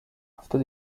after